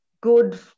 good